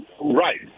Right